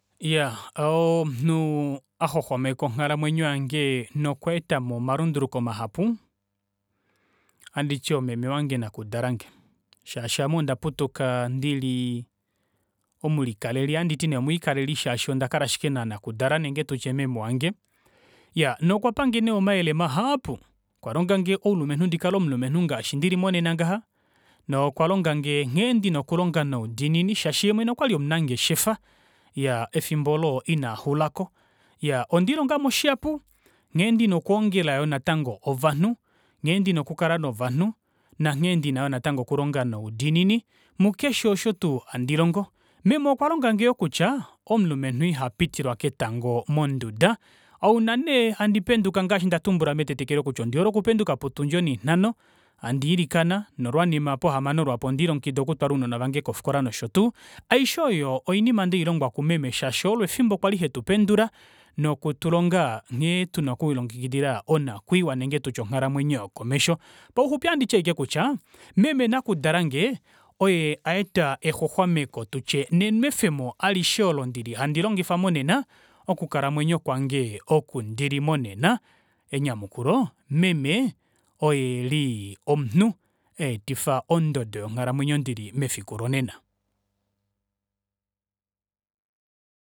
Iyaa ooh omunhu axwaxwameka onghalamwenyo yange nokweetamo omalunduluko mahapu, ohanditi omeme wange nakudalange, shaashi aame onda putuka ndili omulikaleli oha nditi nee shaashi ondakala ashike nanakudala nenge tutye meme wange, iyaa nokwa pange nee omayele mahaapu. Okwa longange oulumenhu ndikale omulumenhu ngaashi ndili monena ngaha nokwa longange ngheene ndina okulonga noudiinini shaashi yee mwene okwali omunangeshefa iyaa efimbo olo inaxulako. Iyaa ondiilongamo shihapu nghendina okwoongela yoo natango ovanhu, nghee ndina oku kala novanhu nanghene yoo natango ndina oku longa noudiinini mukeshe osho tuu handi longo. Meme okwa longange yoo kutya omulumenhu ihapitilwa ketango monduda, ouna nee handi penduka ngaashi ndatumbula metetekelo kutya ondi hole okupenduka potundi oninanho handiilikana nolwanima potuni onihamano lwaapo onde lilongekidia oku twala ounona vange kofikola nosho tuu, aishe oyo oinima ndeilongwa kumeme shaashi olo efimbo kwali hetupendula noku tulonga nghene tuna okwiilongekidila onakwiiwa ile tututye ongahalamwenyo yokomesho. Pauxupi ohanditi ashike kutya, meme nakudalange oye aeta exwaxwameko tutye nenwefemo alishe olo ndili handi longifa monena okukalamwenyo kwange oko ndilimonena, enyamukulo meme oye eli omnhu aetifa ododo yonghalamwenyo dili mefiku lonena.